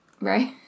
right